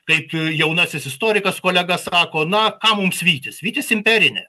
kaip jaunasis istorikas kolega sako na ką mums vytis vytis imperinė